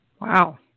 Wow